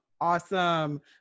awesome